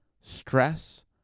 stress